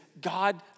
God